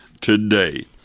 today